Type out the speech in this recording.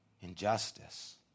injustice